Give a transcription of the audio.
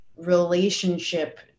relationship